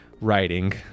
writing